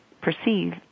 perceive